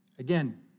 Again